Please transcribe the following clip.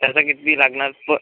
त्यांचा किती लागणार पर